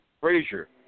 Frazier